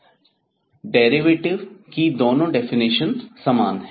derivative की दोनों definition समान है